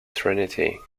trinity